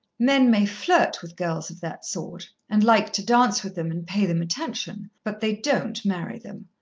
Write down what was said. men may flirt with girls of that sort, and like to dance with them and pay them attention, but they don't marry them.